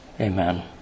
amen